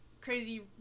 crazy